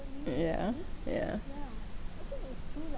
yeah yeah